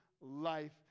life